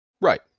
Right